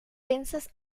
densas